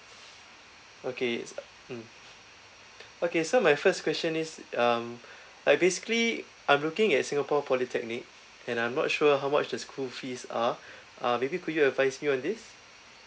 okay it's uh mm okay so my first question is um like basically I'm looking at singapore polytechnic and I'm not sure how much the school fees are uh maybe could you advise me on this